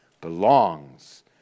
belongs